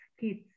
kids